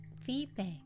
feedback